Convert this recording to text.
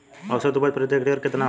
औसत उपज प्रति हेक्टेयर केतना होला?